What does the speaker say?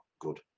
Good